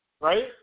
right